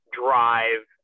drive